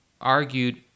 argued